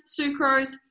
sucrose